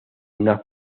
una